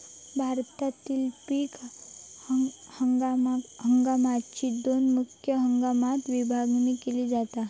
भारतातील पीक हंगामाकची दोन मुख्य हंगामात विभागणी केली जाता